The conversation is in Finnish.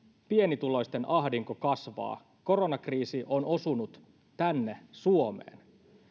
pienituloisten ahdinko kasvaa koronakriisi on osunut tänne suomeen